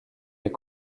est